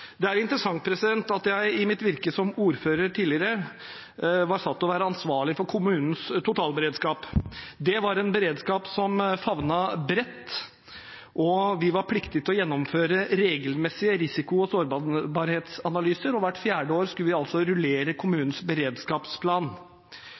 Det er interessant at jeg i mitt virke som ordfører tidligere var satt til å være ansvarlig for kommunens totalberedskap. Det var en beredskap som favnet bredt. Vi var pliktig til å gjennomføre regelmessige risiko- og sårbarhetsanalyser, og hvert fjerde år skulle vi rullere